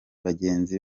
bagenzi